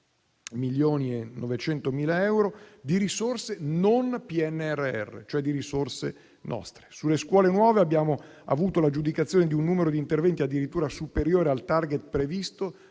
milioni di euro di risorse non PNRR, cioè di risorse nostre. Sulle scuole nuove abbiamo avuto l'aggiudicazione di un numero di interventi addirittura superiore al *target* previsto